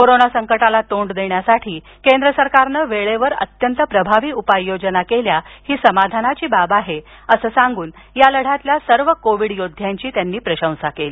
corona संकटाला तोंड देण्यासाठी केंद्र सरकारनं वेळेवर अत्यंत प्रभावी उपाययोजना केल्या ही समाधानाची बाब आहे असं सांगून या लढ्यातील सर्व कोविड योध्यांची त्यांनी प्रशंसा केली